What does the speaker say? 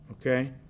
okay